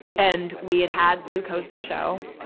and we had had luke host the show,